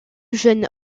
jeune